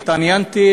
התעניינתי,